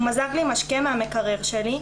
הוא מזג לי משקה מהמקרר שלי,